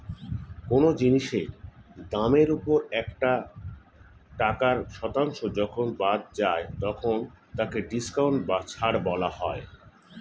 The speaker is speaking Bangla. কোন জিনিসের দামের ওপর একটা টাকার শতাংশ যখন বাদ যায় তখন তাকে ডিসকাউন্ট বা ছাড় বলা হয়